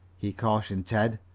he cautioned ted,